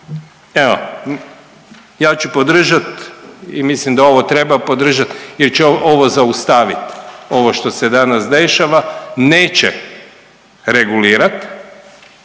Evo ja ću podržat i mislim da ovo treba podržat jer će ovo zaustavit ovo što se danas dešava. Neće regulirat,